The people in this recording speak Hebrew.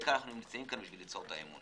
ולכך אנו נמצאים כאן, ליצור את האמון.